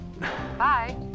Bye